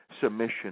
submission